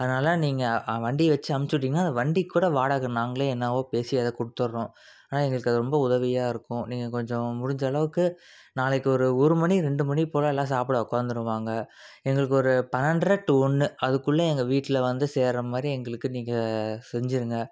அதனால் நீங்கள் வண்டி வச்சு அம்ச்சு விட்டீங்கன்னால் அந்த வண்டிக்குக்கூட வாடகை நாங்களே என்னவோ பேசி அதை கொடுத்துறோம் ஆனால் எங்களுக்கு அது ரொம்ப உதவியாக இருக்கும் நீங்கள் கொஞ்சம் முடிஞ்சளவுக்கு நாளைக்கு ஒரு ஒரு மணி ரெண்டு மணி போலே எல்லாம் சாப்பிட உக்கார்ந்துருவாங்க எங்களுக்கு ஒரு பன்னெண்ட்ரை டு ஒன்று அதுக்குள்ளே எங்கள் வீட்டில் வந்து சேர்கிற மாதிரி எங்களுக்கு நீங்கள் செஞ்சுருங்க